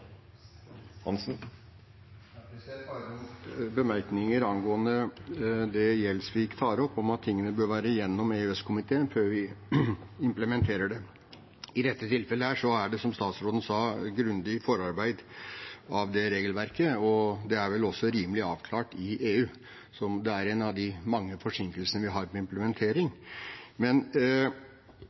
Bare noen bemerkninger angående det Gjelsvik tar opp, om at tingene bør være gjennom EØS-komiteen før vi implementerer dem: I dette tilfellet er det, som statsråden sa, gjort et grundig forarbeid med det regelverket, og det er vel også rimelig avklart i EU. Det er en av de mange forsinkelsene vi har på implementering.